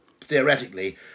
theoretically